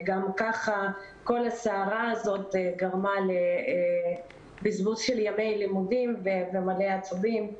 גם כך כל הסערה הזאת גרמה לבזבוז של ימי לימודים ומלא עצבים.